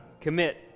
commit